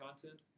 content